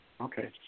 Okay